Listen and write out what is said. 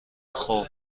خوب